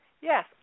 yes